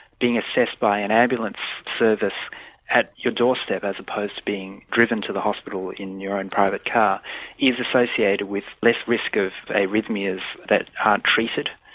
being assessed by an ambulance service at your doorstep as opposed to being driven to the hospital in your own private car is associated with less risk of arrhythmias that aren't treated.